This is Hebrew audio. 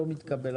לא מתקבל,